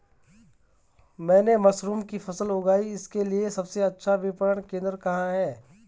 मैंने मशरूम की फसल उगाई इसके लिये सबसे अच्छा विपणन केंद्र कहाँ है?